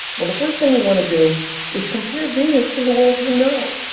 well, the first thing we want to do is compare venus to the worlds we know.